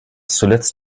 zuletzt